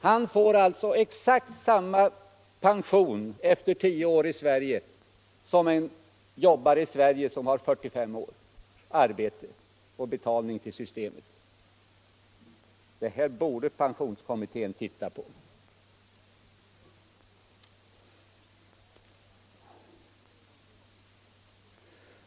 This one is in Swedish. Han får alltså exakt samma pension efter 10 år i Sverige som en jobbare som har arbetat och betalat till systemet i 45 år. Detta borde pensionskommittén titta på.